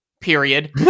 period